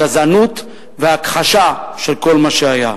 הגזענות וההכחשה של כל מה שהיה.